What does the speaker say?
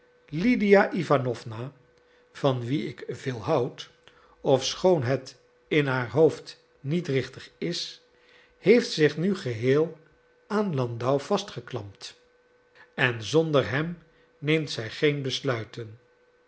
lydia iwanowna van wien ik veel houd ofschoon het in haar hoofd niet richtig is heeft zich nu geheel aan landau vastgeklampt en zonder hem neemt zij geen besluiten